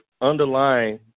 underlying